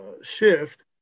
shift